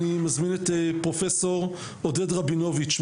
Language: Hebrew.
אני מזמין את פרופ' עודד רבינוביץ',